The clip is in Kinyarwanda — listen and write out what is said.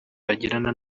bagirana